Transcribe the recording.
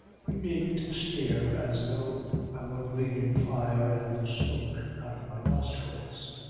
you needn't stare as though i were breathing fire and smoke out of my nostrils.